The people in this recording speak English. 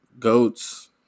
Goats